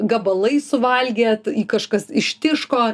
gabalais suvalgėt i kažkas ištiško